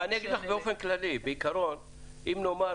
אני רק רוצה להעלות נקודה אחת על היום שלאחר הקורונה,